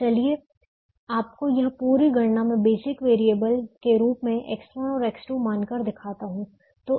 चलिए आपको यह पूरी गणना मैं बेसिक वेरिएबल के रूप में X1 और X2 मानकर दिखाता हूं